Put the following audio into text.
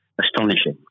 astonishing